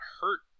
hurt